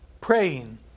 praying